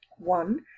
One